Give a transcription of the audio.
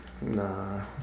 Nah